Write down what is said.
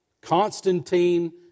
Constantine